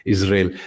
Israel